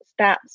stats